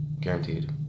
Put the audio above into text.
guaranteed